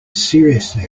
seriously